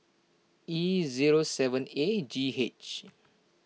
E zero seven A G H